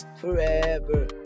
forever